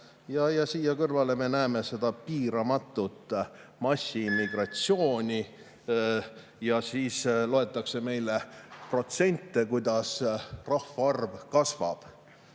Selle kõrval me näeme piiramatut massiimmigratsiooni. Ja siis loetakse meile ette protsente, kuidas rahvaarv kasvab.